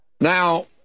Now